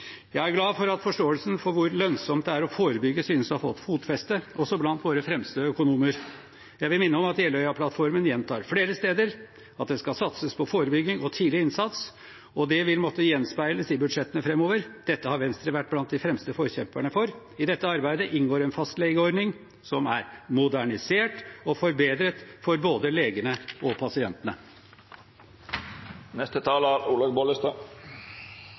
Jeg er glad for at forståelsen for hvor lønnsomt det er å forebygge, synes å ha fått fotfeste – også blant våre fremste økonomer. Jeg vil minne om at Jeløya-plattformen gjentar flere steder at det skal satses på forebygging og tidlig innsats, og det vil måtte gjenspeiles i budsjettene framover. Dette har Venstre vært blant de fremste forkjemperne for. I dette arbeidet inngår en fastlegeordning som er modernisert og forbedret for både legene og pasientene. Etter mitt syn er